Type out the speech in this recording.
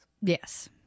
Yes